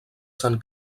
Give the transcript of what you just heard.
sant